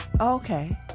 Okay